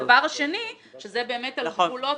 הדבר השני הוא לגבי גבולות,